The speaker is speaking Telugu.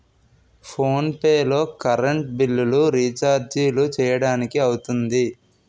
ఫోన్ పే లో కర్రెంట్ బిల్లులు, రిచార్జీలు చేయడానికి అవుతుంది